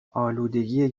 آلودگی